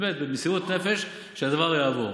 באמת במסירות נפש, שהדבר יעבור.